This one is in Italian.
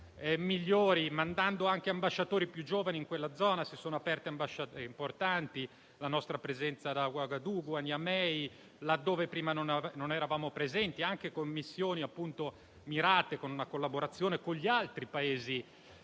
mandando anche ambasciatori più giovani in quella zona. Si sono aperte ambasciate importanti (cito la nostra presenza ad Ouagadougou e a Niamey, là dove prima non eravamo presenti), con missioni mirate e una collaborazione con gli altri Paesi